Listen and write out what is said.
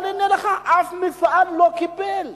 אבל הנה לך, אף מפעל לא קיבל סיוע,